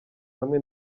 hamwe